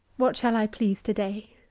what shall i please to-day?